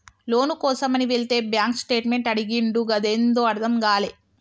లోను కోసమని వెళితే bank statement అడిగిండు గదేందో అర్థం గాలే